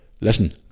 Listen